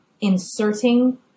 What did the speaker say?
inserting